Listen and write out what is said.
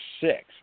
six